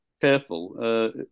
Careful